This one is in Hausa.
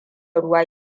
ruwa